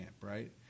right